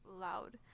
loud